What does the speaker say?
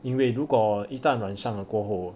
因为如果一旦染上了过后